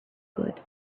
good